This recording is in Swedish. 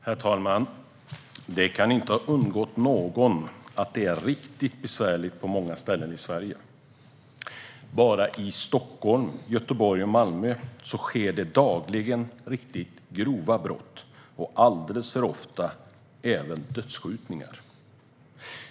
Herr talman! Det kan inte ha undgått någon att det är riktigt besvärligt på många ställen i Sverige. Bara i Stockholm, Göteborg och Malmö sker det dagligen riktigt grova brott och alldeles för ofta även dödsskjutningar.